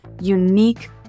unique